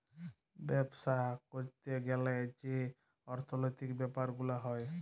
বাপ্সা ক্যরতে গ্যালে যে অর্থলৈতিক ব্যাপার গুলা হ্যয়